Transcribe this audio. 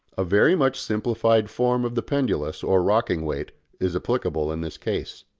a very much simplified form of the pendulous or rocking weight is applicable in this case.